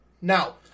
Now